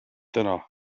täna